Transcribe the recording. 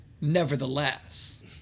Nevertheless